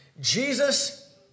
Jesus